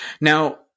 Now